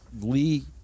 lee